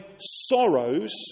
sorrows